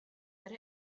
that